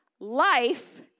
life